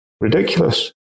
Ridiculous